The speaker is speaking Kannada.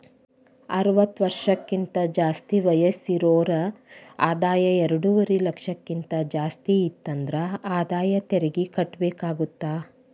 ಅರವತ್ತ ವರ್ಷಕ್ಕಿಂತ ಜಾಸ್ತಿ ವಯಸ್ಸಿರೋರ್ ಆದಾಯ ಎರಡುವರಿ ಲಕ್ಷಕ್ಕಿಂತ ಜಾಸ್ತಿ ಇತ್ತಂದ್ರ ಆದಾಯ ತೆರಿಗಿ ಕಟ್ಟಬೇಕಾಗತ್ತಾ